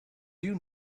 you